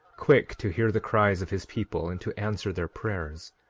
quick to hear the cries of his people and to answer their prayers.